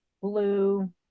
blue